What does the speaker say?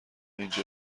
اینجا